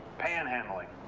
panhandling,